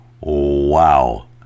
Wow